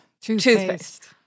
toothpaste